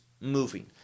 moving